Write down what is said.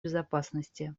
безопасности